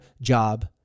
job